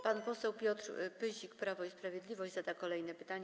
Pan poseł Piotr Pyzik, Prawo i Sprawiedliwość, zada kolejne pytanie.